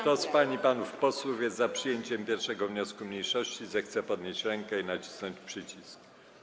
Kto z pań i panów posłów jest za przyjęciem 1. wniosku mniejszości, zechce podnieść rękę i nacisnąć przycisk.